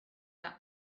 out